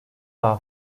daha